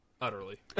Utterly